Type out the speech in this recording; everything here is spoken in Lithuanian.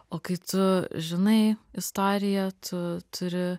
o kai tu žinai istoriją tu turi